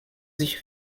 sich